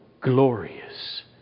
glorious